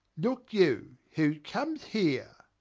look you, who comes here?